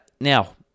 Now